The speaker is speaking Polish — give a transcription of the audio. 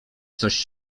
coś